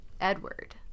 edward